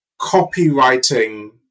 copywriting